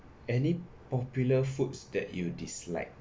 any popular foods that you dislike